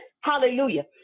hallelujah